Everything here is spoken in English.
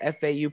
FAU